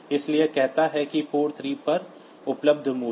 इसलिए यह कहता है कि पोर्ट 3 पर उपलब्ध मूल्य